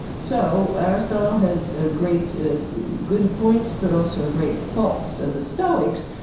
so aristotle had ah great good points but also great faults. and the stoics.